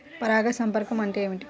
పరాగ సంపర్కం అంటే ఏమిటి?